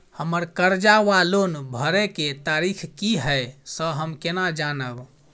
हम्मर कर्जा वा लोन भरय केँ तारीख की हय सँ हम केना जानब?